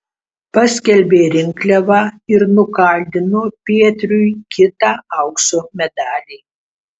paskelbė rinkliavą ir nukaldino pietriui kitą aukso medalį